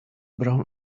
brown